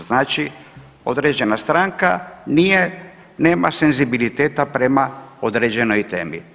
Znači određena stranka nema senzibiliteta prema određenoj temi.